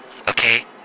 Okay